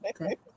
Okay